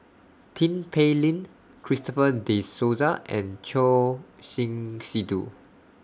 Tin Pei Ling Christopher De Souza and Choor Singh Sidhu